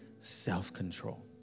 self-control